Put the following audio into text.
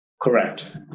Correct